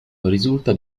risulta